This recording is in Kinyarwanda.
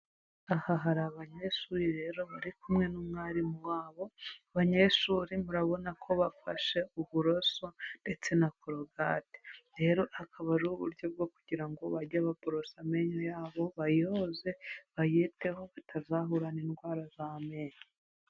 Aha hari abanyeshuri rero bari kumwe n'umwarimu wabo, abanyeshuri murabona ko bafashe uburoso ndetse na korogate. Rero akaba ari uburyo bwo kugira ngo bajye baborosa amenyo yabo, bayoze, bayiteho, batazahurana n'indwara z'amenyo.